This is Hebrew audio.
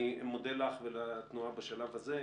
אני מודה לך ולתנועה בשלב הזה.